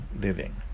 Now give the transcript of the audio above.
living